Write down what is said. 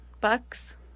bucks